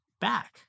back